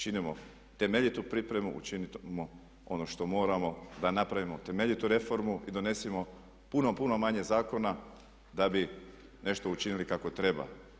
Činimo temeljitu pripremo, učinimo ono što moramo da napravimo temeljitu reformu i donesimo puno, puno manje zakona da bi nešto učinili kako treba.